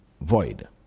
void